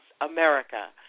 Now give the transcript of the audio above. America